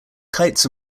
kites